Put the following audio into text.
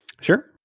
Sure